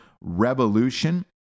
REVOLUTION